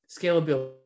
scalability